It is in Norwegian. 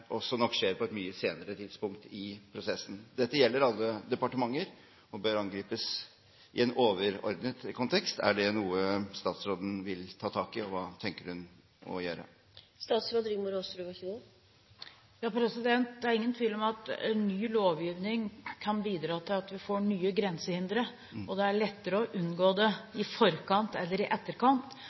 bør angripes i en overordnet kontekst. Er det noe statsråden vil ta tak i, og hva tenker hun å gjøre? Det er ingen tvil om at ny lovgivning kan bidra til at vi får nye grensehindre. Det er lettere å unngå det i forkant enn i etterkant,